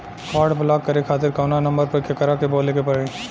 Card block करे खातिर कवना नंबर पर केकरा के बोले के परी?